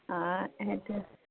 অঁ সেইটো